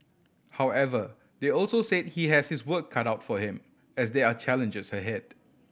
however they also said he has his work cut out for him as there are challenges ahead